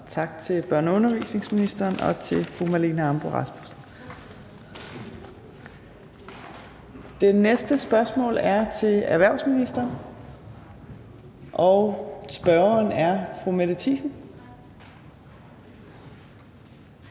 Tak til børne- og undervisningsministeren og til fru Marlene Ambo-Rasmussen. Det næste spørgsmål er til erhvervsministeren, og spørgeren er fru Mette Thiesen.